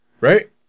Right